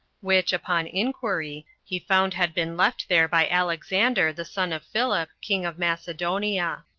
which, upon inquiry, he found had been left there by alexander, the son of philip, king of macedonia.